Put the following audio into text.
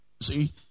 See